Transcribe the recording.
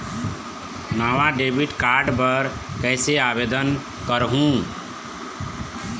नावा debit card बर कैसे आवेदन करहूं?